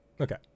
Okay